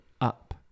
up